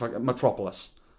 Metropolis